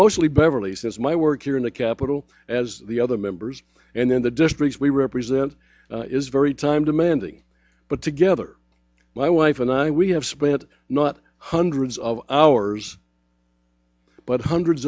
mostly beverly since my work here in the capitol as the other members and in the districts we represent is very time demanding but together my wife and i we have spent not hundreds of hours but hundreds